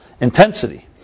intensity